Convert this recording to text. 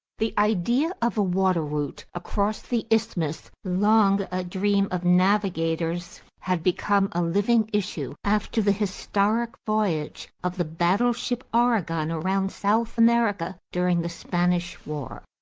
the idea of a water route across the isthmus, long a dream of navigators, had become a living issue after the historic voyage of the battleship oregon around south america during the spanish war.